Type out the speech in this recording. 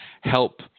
help